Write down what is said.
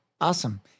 Awesome